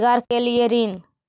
रोजगार के लिए ऋण?